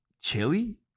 chili